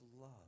love